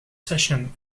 session